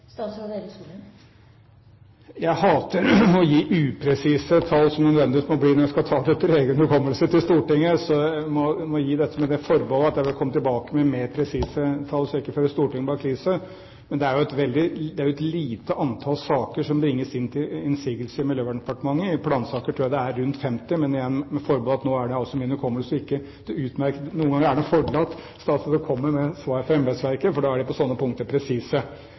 Jeg hater å gi upresise tall til Stortinget, som det nødvendigvis må bli når jeg skal ta det etter egen hukommelse. Så jeg må gi dette med det forbehold at jeg vil komme tilbake med mer presise tall, slik at jeg ikke fører Stortinget bak lyset. Det er jo et lite antall saker som bringes inn til innsigelse i Miljøverndepartementet. I plansaker tror jeg det er rundt 50 – men igjen med det forbehold at nå er det altså etter min hukommelse. Noen ganger er det en fordel at statsråder kommer med svar fra embetsverket, for da er man på slike punkter